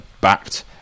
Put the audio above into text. backed